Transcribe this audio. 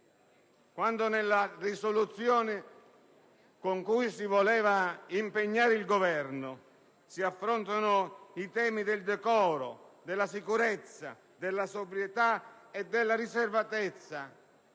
Quando nella mozione con cui si voleva impegnare il Governo vengono affrontati i temi del decoro, della sicurezza, della sobrietà e della riservatezza,